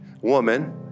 woman